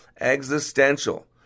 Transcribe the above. Existential